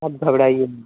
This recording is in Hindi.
आप घबराइए न